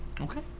Okay